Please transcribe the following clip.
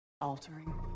Altering